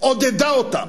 עודדה אותם,